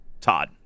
Todd